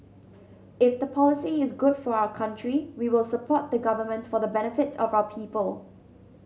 if the policy is good for our country we will support the Government for the benefit of our people